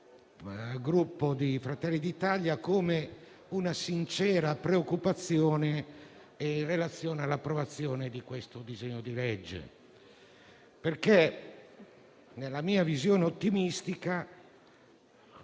gruppo Fratelli d'Italia come una sincera preoccupazione in relazione all'approvazione del disegno di legge Zan. Nella mia visione ottimistica